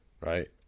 Right